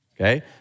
Okay